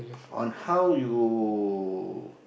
on how you